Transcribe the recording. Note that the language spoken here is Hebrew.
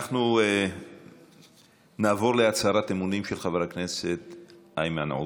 אנחנו נעבור להצהרת אמונים של חבר הכנסת איימן עודה.